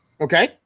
Okay